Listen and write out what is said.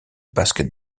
basket